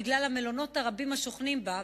בגלל המלונות הרבים השוכנים בה,